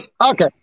okay